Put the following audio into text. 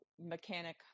mechanic